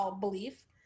belief